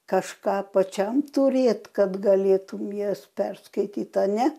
kažką pačiam turėt kad galėtum jas perskaityt ane